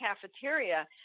cafeteria